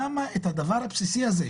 למה הדבר הבסיסי הזה,